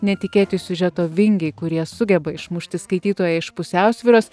netikėti siužeto vingiai kurie sugeba išmušti skaitytoją iš pusiausvyros